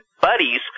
buddies